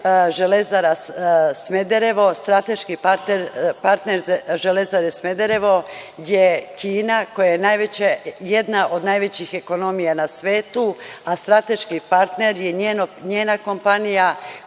„Železara Smederevo“, strateški partner „Železare Smederevo“ je Kina, koja je jedna od najvećih ekonomija na svetu, a strateški partner je njena kompanija koja